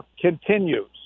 continues